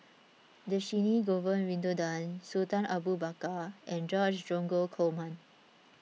Dhershini Govin Winodan Sultan Abu Bakar and George Dromgold Coleman